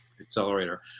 accelerator